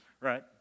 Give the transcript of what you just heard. right